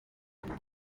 among